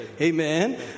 Amen